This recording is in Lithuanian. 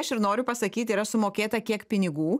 aš ir noriu pasakyti yra sumokėta kiek pinigų